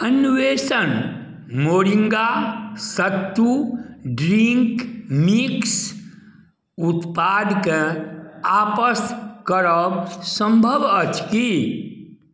अन्वेषण moringa sattu drink mix उत्पादकेँ आपस करब संभव अछि की